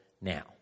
now